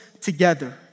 together